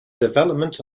development